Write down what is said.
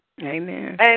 Amen